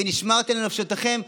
ונשמרתם לנפשותיכם,